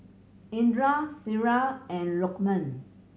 Indra Syirah and Lokman